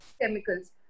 chemicals